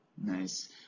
Nice